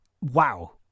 wow